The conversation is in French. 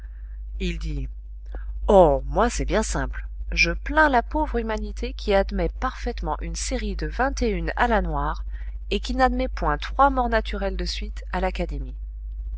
il dit oh moi c'est bien simple je plains la pauvre humanité qui admet parfaitement une série de vingt et une à la noire et qui n'admet point trois morts naturelles de suite à l'académie